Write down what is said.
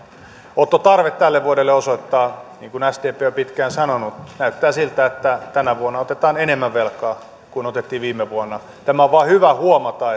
velanottotarve tälle vuodelle osoittaa niin kuin sdp on pitkään sanonut että näyttää siltä että tänä vuonna otetaan enemmän velkaa kuin otettiin viime vuonna tämä on vain hyvä huomata